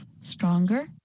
stronger